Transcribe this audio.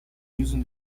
using